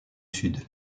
sud